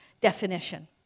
definition